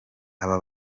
aba